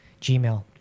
Gmail